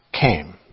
came